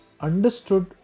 understood